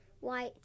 white